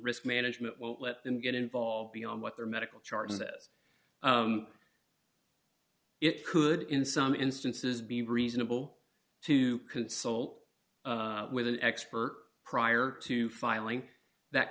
risk management won't let them get involved beyond what their medical chart says it could in some instances be reasonable to consult with an expert prior to filing that